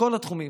בכל התחומים.